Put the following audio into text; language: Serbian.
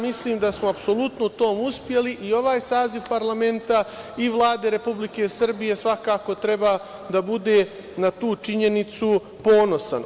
Mislim da smo apsolutno u tome uspeli i ovaj saziv parlamenta i Vlade Republike Srbije svakako treba da bude na tu činjenicu ponosan.